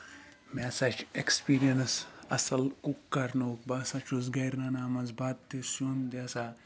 مےٚ ہسا چھُ اٮ۪کٔسپِرینس اَصٕل کُک کَرنُک بہٕ ہسا چہُس گرِ منٛزٕ رَنان بَتہٕ تہِ سیُن تہِ ہسا